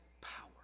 power